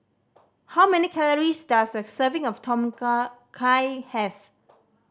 how many calories does a serving of Tom Kha Kai have